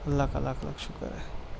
اللہ کا لاکھ لاکھ شکر ہے